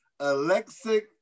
Alexic